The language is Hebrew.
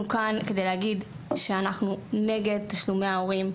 אנחנו כאן כדי להגיד שאנחנו נגד תשלומי ההורים,